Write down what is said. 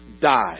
die